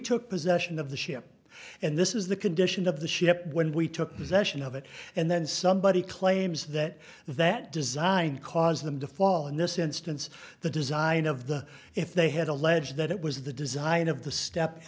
took possession of the ship and this is the condition of the ship when we took possession of it and then somebody claims that that design caused them to fall in this instance the design of the if they had alleged that it was the design of the step